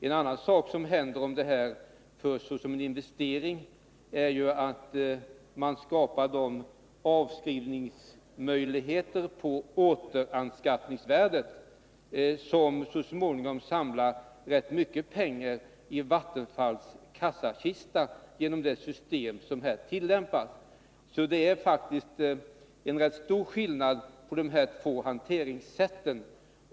En annan sak som händer om förvärvet förs som en investering är att man skapar möjligheter till avskrivning på återanskaffningsvärdet, som så småningom gör att ganska mycket pengar samlas i Vattenfalls kassakista genom det system som här tillämpas. Det är faktiskt en rätt stor skillnad mellan de två hanteringssätten.